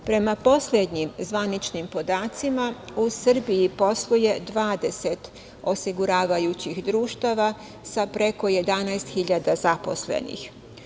Prema poslednjim zvaničnim podacima u Srbiji posluje 20 osiguravajućih društava sa preko 11.000 zaposlenih.